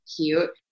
cute